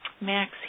Max